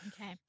Okay